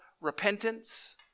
repentance